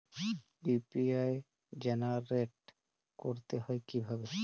UPI generate করতে হয় কিভাবে?